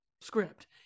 script